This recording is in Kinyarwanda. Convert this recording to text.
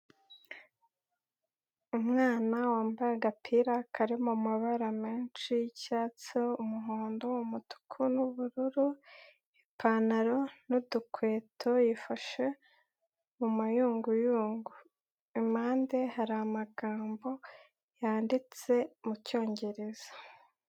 Umwana wambaye agapira kari mu mabara menshi y'icyatsi, umuhondo, umutuku n'ubururu, ipantaro n'udukweto yifashe mayunguyu. Impande hari amagambo yanditse mu cyongereza.